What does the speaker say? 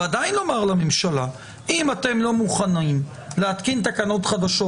ועדיין לומר לממשלה: אם אתם לא מוכנים להתקין תקנות חדשות,